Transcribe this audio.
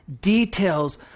details